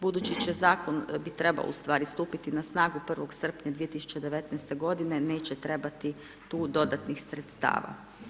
Budući će Zakon, bi trebao ustvari stupiti na snagu 1. srpnja 2019.g., neće trebati tu dodatnih sredstava.